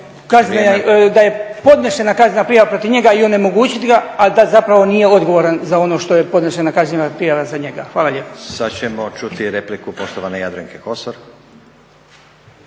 da je podnesena kaznena prijava protiv njega i onemogućiti ga, a da zapravo nije odgovoran za ono za što je podnesena kaznena prijava za njega. Hvala lijepa. **Stazić, Nenad (SDP)** Sad ćemo ćuti repliku poštovane Jadranke Kosor.